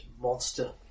monster